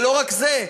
ולא רק זה,